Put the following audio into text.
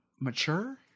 mature